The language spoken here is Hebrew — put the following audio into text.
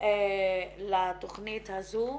לתכנית הזו.